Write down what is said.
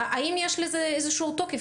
האם יש לזה איזשהו תוקף?